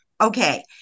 Okay